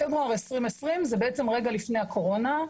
פברואר 2020 זה בעצם רגע לפני הקורונה,